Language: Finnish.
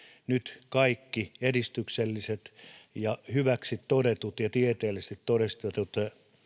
nyt kaikki edistykselliset ja hyväksi todetut ja tieteellisesti todistetut